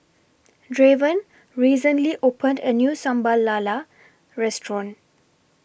Draven recently opened A New Sambal Lala Restaurant